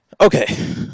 Okay